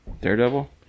Daredevil